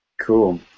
Cool